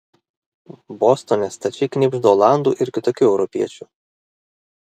bostone stačiai knibžda olandų ir kitokių europiečių